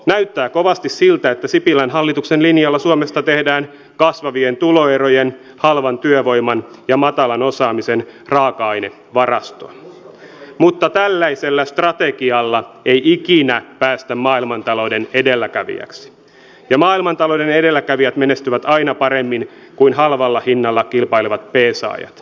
näyttää kovasti siltä että sipilän hallituksen linjalla suomesta tehdään kasvavien tuloerojen halvan työvoiman ja matalan osaamisen raaka ainevarastoa mutta tällaisella strategialla ei ikinä päästä maailmantalouden edelläkävijäksi ja maailmantalouden edelläkävijät menestyvät aina paremmin kuin halvalla hinnalla kilpailevat peesaajat